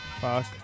Fuck